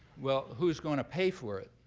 well, who's going to pay for it?